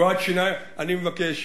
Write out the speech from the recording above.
אני מבקש